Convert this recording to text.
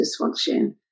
dysfunction